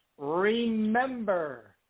remember